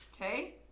Okay